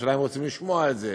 השאלה אם רוצים לשמוע את זה.